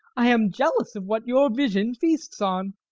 i am jealous of what your vision feasts on.